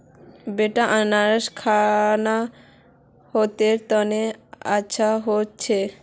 बेटा अनन्नास खाना सेहतेर तने अच्छा हो छेक